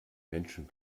menschen